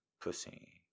pussy